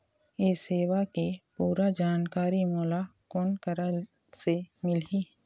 ये सेवा के पूरा जानकारी मोला कोन करा से मिलही?